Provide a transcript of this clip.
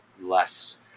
less